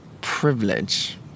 privilege